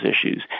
issues